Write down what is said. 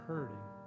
hurting